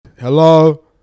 Hello